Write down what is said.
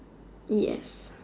yes